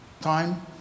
time